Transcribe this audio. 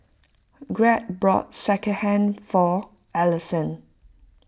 Greg bought Sekihan for Allisson